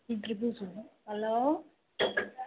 hello